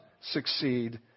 succeed